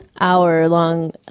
hour-long